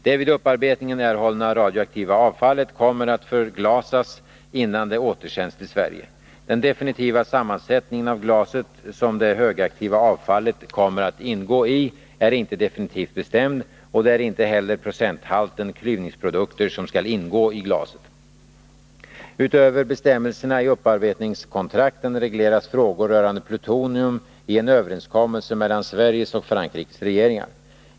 Det vid upparbetningen erhållna radioaktiva avfallet kommer att förglasas innan det återsänds till Sverige. Den definitiva sammansättningen av glaset som det högaktiva avfallet kommer att ingå i är inte defintivt bestämd, och det är inte heller procenthalten klyvningsprodukter som skall ingå i glaset. Utöver bestämmelserna i upparbetningskontrakten regleras frågor rörande plutonium i en överenskommelse mellan Sveriges och Frankrikes regeringar.